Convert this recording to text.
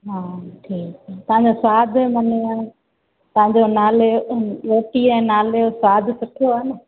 हा ठीकु आहे तव्हांजो स्वादु मन तव्हांजो नाले रोटीअ नाले जो स्वादु सुठो आहे न